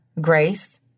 grace